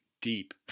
deep